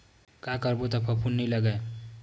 का करबो त फफूंद नहीं लगय?